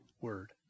Word